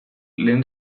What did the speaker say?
lehen